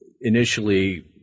initially